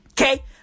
Okay